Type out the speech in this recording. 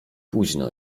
późno